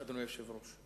אדוני היושב-ראש,